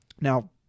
Now